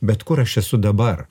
bet kur aš esu dabar